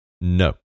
No